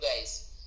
guys